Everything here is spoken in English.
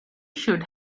should